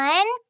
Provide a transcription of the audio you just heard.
One